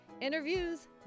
interviews